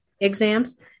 exams